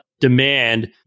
demand